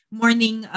morning